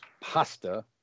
pasta